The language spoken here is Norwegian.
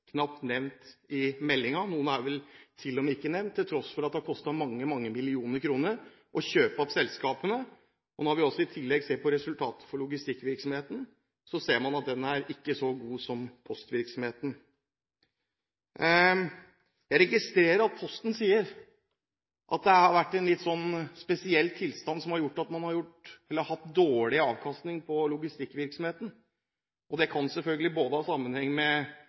knapt er nevnt, til tross for at det har kostet mange, mange millioner kroner å kjøpe opp selskapene. Når vi i tillegg ser på resultatet for logistikkvirksomheten, ser vi at det ikke er så godt som resultatet for postvirksomheten. Jeg registrerer at Posten sier at det har vært en litt spesiell tilstand som har gjort at man har hatt dårlig avkastning på logistikkvirksomheten. Det kan selvfølgelig ha sammenheng med